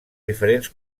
diferents